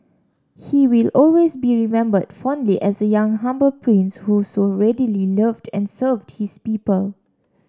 he will always be remembered fondly as a young humble prince who so readily loved and served his people